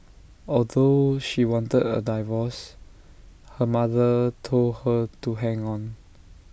although she wanted A divorce her mother told her to hang on